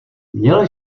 měl